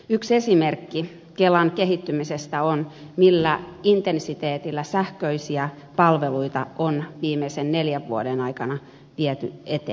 yksi esimerkki kelan kehittymisestä on se millä intensiteetillä sähköisiä palveluita on viimeisten neljän vuoden aikana viety eteenpäin